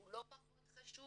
לא פחות חשוב